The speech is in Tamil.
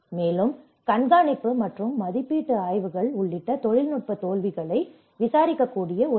மேலும் கண்காணிப்பு மற்றும் மதிப்பீட்டு ஆய்வுகள் உள்ளிட்ட தொழில்நுட்ப தோல்விகளை விசாரிக்கக்கூடிய ஒருவர்